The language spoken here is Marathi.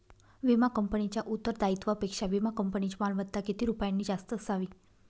विमा कंपनीच्या उत्तरदायित्वापेक्षा विमा कंपनीची मालमत्ता किती रुपयांनी जास्त असावी?